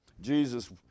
Jesus